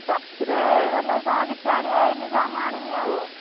ସାଥିରେ ଗଲେ ଯାହା କିଛି ଆଣିବା ଏଇନା ଯାହା ମୁଁ ଆଣିବି ଆଉ